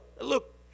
Look